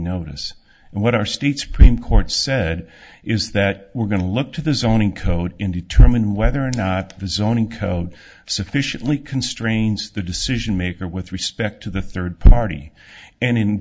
notice and what our state supreme court said is that we're going to look to the zoning code in determining whether or not the zoning code sufficiently constrains the decision maker with respect to the third party and in